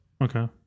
Okay